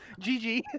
GG